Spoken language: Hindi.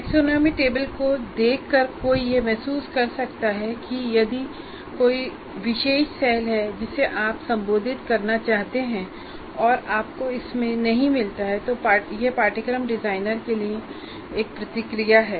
टैक्सोनॉमी टेबल को देखकर कोई यह महसूस कर सकता है कि यदि कोई विशेष सेल है जिसे आप संबोधित करना चाहते हैं और आपको इसमें नहीं मिलता है तो यह पाठ्यक्रम डिजाइनर के लिए एक प्रतिक्रिया है